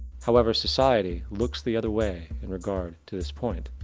however society, looks the other way in regard to this point.